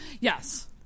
Yes